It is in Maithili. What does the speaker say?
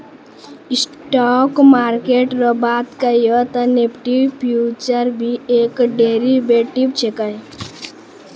स्टॉक मार्किट रो बात कहियो ते निफ्टी फ्यूचर भी एक डेरीवेटिव छिकै